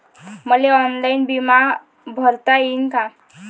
मले ऑनलाईन बिमा भरता येईन का?